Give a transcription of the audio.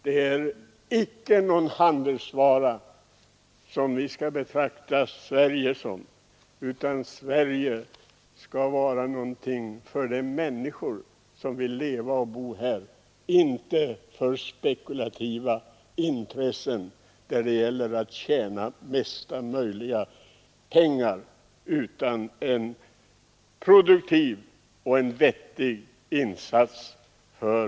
Vi skall inte betrakta Sverige som någon handelsvara, utan Sverige skall vara någonting för de människor som vill leva och bo här. Det skall inte vara till för spekulativa intressen — för att tjäna mesta möjliga pengar — utan för produktiva och vettiga insatser.